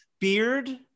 beard